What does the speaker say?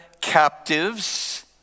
captives